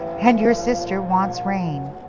and your sister wants rain.